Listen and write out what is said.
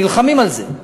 נלחמים על זה,